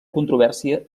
controvèrsia